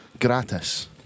Gratis